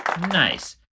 Nice